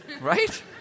right